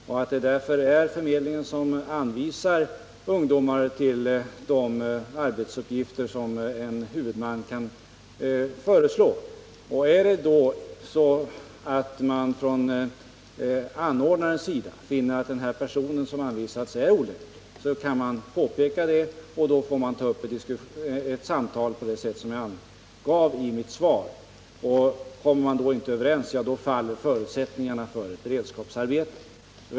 Det är också därför som förmedlingen anvisar ungdomar till de arbetsuppgifter som en huvudman kan föreslå. Är det då så att anordnaren finner att den person som anvisats är olämplig, kan han påpeka det, och då får man ta upp ett samtal på det sätt som jag angav i mitt svar. Kommer man därvid inte överens, faller förutsättningarna för ett beredskapsarbete.